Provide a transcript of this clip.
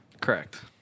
Correct